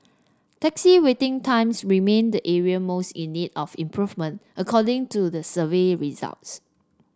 taxi waiting times remained the area most in need of improvement according to the survey results